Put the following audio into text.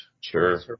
sure